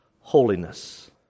holiness